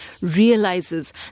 realizes